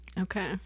Okay